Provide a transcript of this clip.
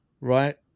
right